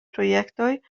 projektoj